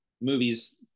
movies